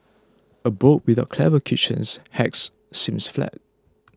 a book without clever kitchens hacks seems flat